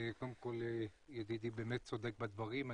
ידידי באמת צודק בדברים,